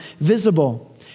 visible